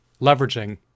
leveraging